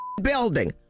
building